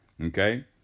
Okay